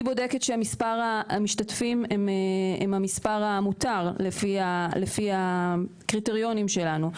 היא בודקת שמספר המשתתפים הם המספר המותר לפי הקריטריונים שלנו,